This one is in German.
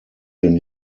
den